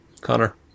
Connor